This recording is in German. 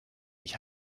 ich